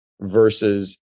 Versus